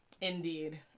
Indeed